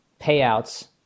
payouts